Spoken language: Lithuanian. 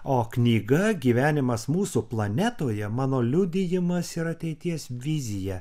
o knyga gyvenimas mūsų planetoje mano liudijimas ir ateities vizija